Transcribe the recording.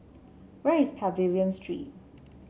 where is Pavilion Street